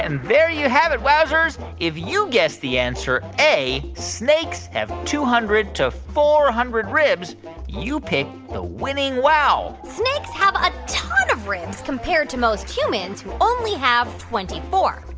and there you have it, wowzers. if you guessed the answer a snakes have two hundred to four hundred ribs you picked the winning wow snakes have a ton of ribs compared to most humans, who only have twenty four.